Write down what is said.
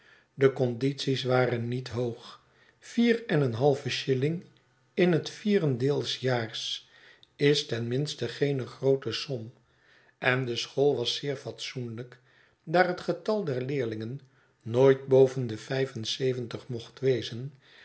de condities waren niet hoog vier en een halve shilling in het vierendeeljaars is ten minste geene groote som en de school was zeer fatsoenlijk daar het getal der leerlingen nooit boven de vijf en zeventig mocht wezen